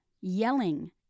yelling